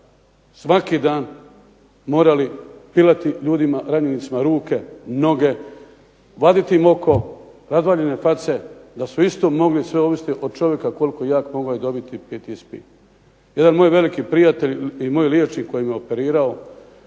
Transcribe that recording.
svaki dan morali pilati ljudima, ranjenicima ruke, noge, vaditi im oko, razvaljene face, da su isto mogli sve ovisiti od čovjeka koliko je jak mogao je dobiti PTSP. Jedan moj veliki prijatelj i moj liječnik koji me operirao